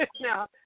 No